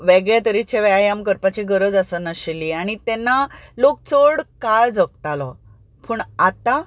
वेगळे तरेचे व्यायाम करपाची गरज आसनाशिल्ली आनी तेन्ना लोक चड काळ जगतालो पूण आतां